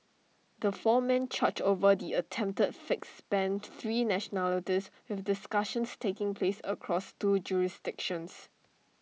the four men charged over the attempted fix spanned three nationalities with discussions taking place across two jurisdictions